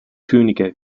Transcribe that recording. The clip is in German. könige